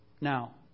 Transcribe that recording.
now